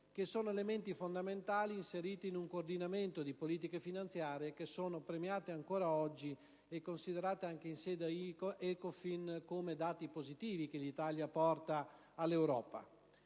che sono elementi fondamentali inseriti in un coordinamento di politiche finanziarie premiate ancora oggi e considerate anche in sede Ecofin come dati positivi che l'Italia porta all'Europa.